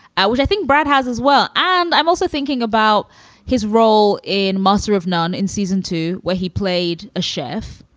i would think brad has as well. and i'm also thinking about his role in master of none in season two where he played a chef,